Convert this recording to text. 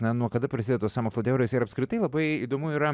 ne nuo kada pradėtos sąmokslo teorijos ir apskritai labai įdomu yra